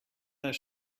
their